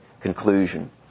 conclusion